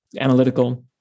analytical